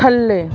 ਥੱਲੇ